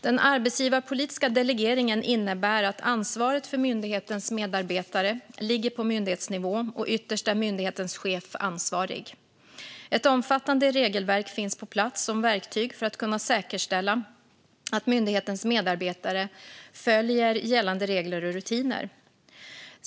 Den arbetsgivarpolitiska delegeringen innebär att ansvaret för myndighetens medarbetare ligger på myndighetsnivå, och ytterst är myndighetens chef ansvarig. Ett omfattande regelverk finns på plats som verktyg för att kunna säkerställa att myndighetens medarbetare följer gällande regler och rutiner.